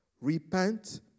repent